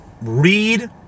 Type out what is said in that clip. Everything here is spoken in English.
read